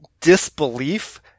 disbelief